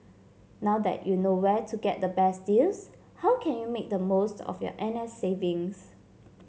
now that you know where to get the best deals how can you make the most of your N S savings